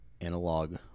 analog